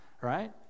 right